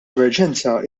emerġenza